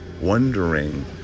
Wondering